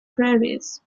prairies